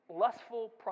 lustful